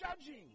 judging